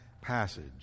passage